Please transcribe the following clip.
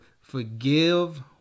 forgive